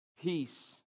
peace